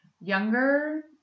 younger